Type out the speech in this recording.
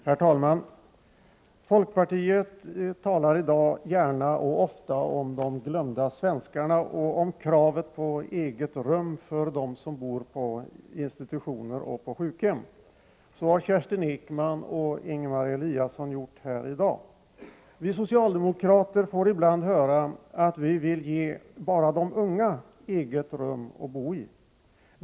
Herr talman! Folkpartiet talar i dag gärna och ofta om de glömda svenskarna och om kravet på ett eget rum för dem som bor på institutioner och sjukhem — så har Kerstin Ekman och Ingemar Eliasson gjort här i dag. Vi socialdemokrater får ibland höra att vi vill ge bara de unga eget rum att bo i.